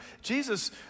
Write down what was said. Jesus